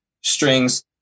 strings